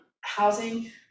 housing